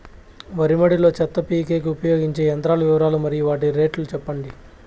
వరి మడి లో చెత్త పీకేకి ఉపయోగించే యంత్రాల వివరాలు మరియు వాటి రేట్లు చెప్పండి?